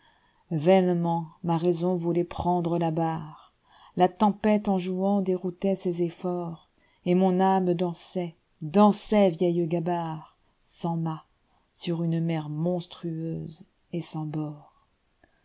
ma raison voulait prendre la barre la tempête en jouant déroutait ses efforts et mon âme dansait dansait vieille gabarresans mâts sur une mer monstrueuse et sans bordsi